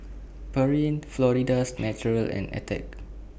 Pureen Florida's Natural and Attack